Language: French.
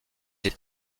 est